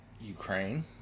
Ukraine